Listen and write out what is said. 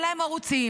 אין להם ערוצים,